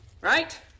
Right